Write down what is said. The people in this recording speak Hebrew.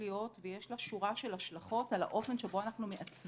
להיות ויש לה שורה של השלכות על האופן שבו אנחנו מעצבים.